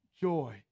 Joy